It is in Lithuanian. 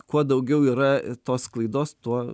kuo daugiau yra tos klaidos tuo